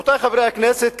רבותי חברי הכנסת,